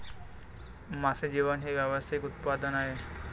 मासे जेवण हे व्यावसायिक उत्पादन आहे